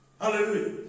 Hallelujah